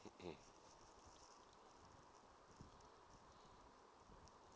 hmm